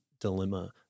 dilemma